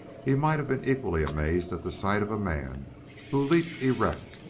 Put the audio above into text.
he might have been equally amazed at the sight of a man who leaped erect,